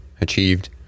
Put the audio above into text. achieved